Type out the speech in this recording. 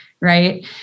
right